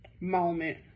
moment